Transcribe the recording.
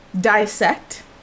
dissect